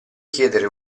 chiedere